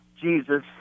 Jesus